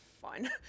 fun